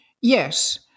Yes